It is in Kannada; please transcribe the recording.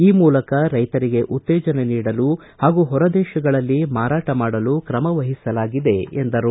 ಈ ಮೂಲಕ ರೈತರಿಗೆ ಉತ್ತೇಜನ ನೀಡಲು ಹಾಗೂ ಹೊರದೇಶಗಳಲ್ಲಿ ಮಾರಾಟ ಮಾಡಲು ಕ್ರಮವಹಿಸಲಾಗಿದೆ ಎಂದರು